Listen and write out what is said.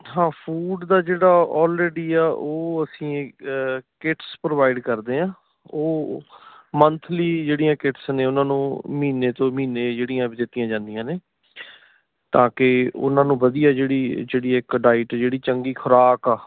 ਹਾਂ ਫੂਡ ਦਾ ਜਿਹੜਾ ਆਲਰੇਡੀ ਆ ਉਹ ਅਸੀਂ ਕਿਟਸ ਪ੍ਰੋਵਾਈਡ ਕਰਦੇ ਹਾਂ ਉਹ ਮੰਥਲੀ ਜਿਹੜੀਆਂ ਕਿਟਸ ਨੇ ਉਹਨਾਂ ਨੂੰ ਮਹੀਨੇ ਤੋਂ ਮਹੀਨੇ ਜਿਹੜੀਆਂ ਦਿੱਤੀਆਂ ਜਾਂਦੀਆਂ ਨੇ ਤਾਂ ਕਿ ਉਹਨਾਂ ਨੂੰ ਵਧੀਆ ਜਿਹੜੀ ਜਿਹੜੀ ਇੱਕ ਡਾਇਟ ਜਿਹੜੀ ਚੰਗੀ ਖੁਰਾਕ ਆ